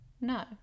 no